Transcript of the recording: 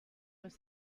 was